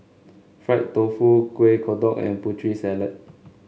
Fried Tofu Kueh Kodok and Putri Salad